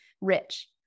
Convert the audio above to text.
rich